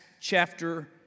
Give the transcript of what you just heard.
chapter